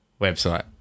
website